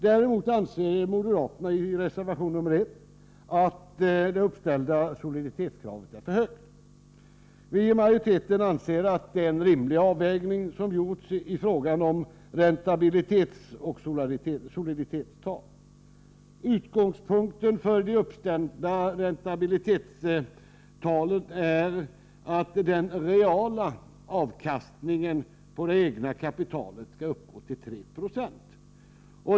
Däremot anser moderaterna i reservation nr 1 att det uppställda soliditetskravet är för högt. Vi i majoriteten anser att en rimlig avvägning har gjorts i fråga om räntabilitetsoch soliditetstak. Utgångspunkten för det uppställda räntabilitetstalet är att den reala avkastningen på det egna kapitalet skall uppgå till 390.